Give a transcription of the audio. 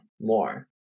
more